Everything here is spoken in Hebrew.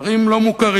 כפרים לא מוכרים.